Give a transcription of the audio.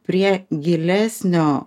prie gilesnio